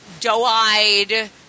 doe-eyed